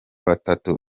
batatu